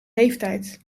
leeftijd